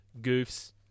goofs